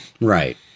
Right